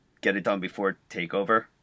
get-it-done-before-takeover